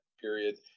period